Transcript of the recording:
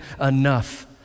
enough